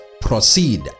proceed